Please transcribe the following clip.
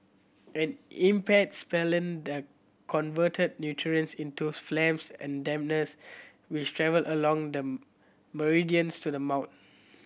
an impaired spleen the convert nutrients into phlegm and dampness which travel along the meridians to the mouth